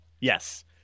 Yes